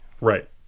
Right